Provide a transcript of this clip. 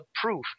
proof